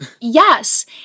Yes